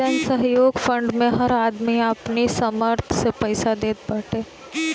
जनसहयोग फंड मे हर आदमी अपनी सामर्थ्य से पईसा देत बाटे